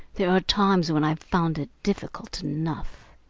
there are times when i've found it difficult enough.